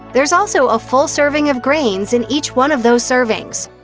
there's also a full serving of grains in each one of those servings.